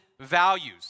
values